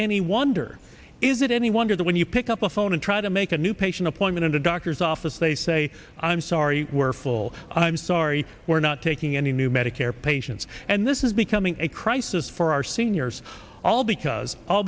any wonder is it any wonder that when you pick up a phone and try to make a new patient appointment in the doctor's office they say i'm sorry we're full i'm sorry we're not taking any new medicare patients and this is becoming a crisis for our seniors all because all